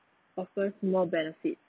offers more benefit